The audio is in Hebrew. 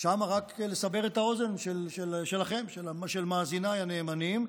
רק כדי לסבר את האוזן שלכם, של מאזיניי הנאמנים,